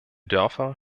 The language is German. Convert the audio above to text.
dörfer